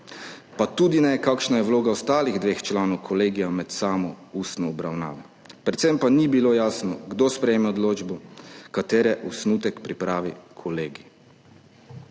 pa tudi ne, kakšna je vloga ostalih dveh članov kolegija med samo ustno obravnavo. Predvsem pa ni bilo jasno, kdo sprejme odločbo, katere osnutek pripravi kolegij.